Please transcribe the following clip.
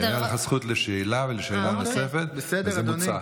הייתה לך זכות לשאלה ולשאלת המשך וזה מוצה.